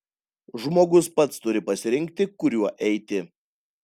žmogus pats turi pasirinkti kuriuo eiti